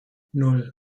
nan